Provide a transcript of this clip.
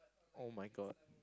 [oh]-my-god